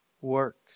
works